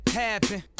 happen